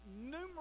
numerous